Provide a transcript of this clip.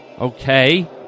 Okay